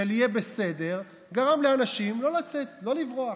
של יהיה בסדר, גרמה לאנשים לא לצאת, לא לברוח.